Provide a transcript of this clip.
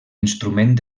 instrument